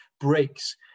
breaks